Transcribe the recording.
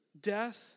death